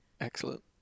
Excellent